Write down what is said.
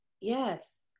Yes